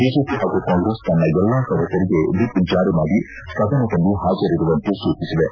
BJP ಹಾಗೂ ಕಾಂಗ್ರೆಸ್ ತನ್ನ ಎಲ್ಲಾ ಸದಸ್ತರಿಗೆ ಎಪ್ ಜಾರಿ ಮಾಡಿ ಸದನದಲ್ಲಿ ಹಾಜರಿರುವಂತೆ ಸೂಚಿಸಿವೆ